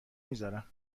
میزارم